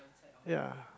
ya